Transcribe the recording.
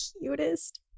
cutest